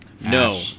no